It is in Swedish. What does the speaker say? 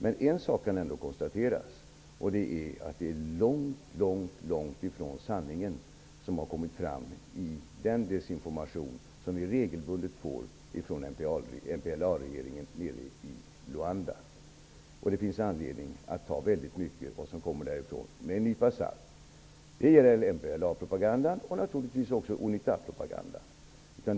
En sak kan ändå konstateras: det är långt ifrån sanningen som har kommit fram i den information vi regelbundet får från MPLA regeringen i Luanda. Det finns anledning att ta mycket av det som kommer där ifrån med en nypa salt. Det gäller MPLA-propagandan och naturligtvis också Unitapropagandan.